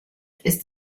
ist